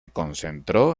concentró